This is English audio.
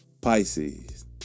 Pisces